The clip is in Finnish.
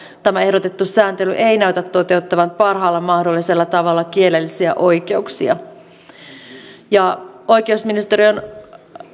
tämä ehdotettu sääntely ei näytä toteuttavan parhaalla mahdollisella tavalla kielellisiä oikeuksia oikeusministeriön